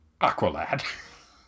Aqualad